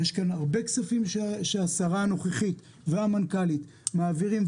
יש כאן הרבה כספים שהשרה הנוכחית והמנכ"לית מעבירים,